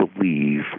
believe